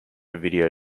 video